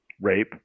Rape